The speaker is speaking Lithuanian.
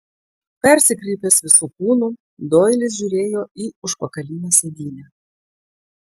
persikreipęs visu kūnu doilis žiūrėjo į užpakalinę sėdynę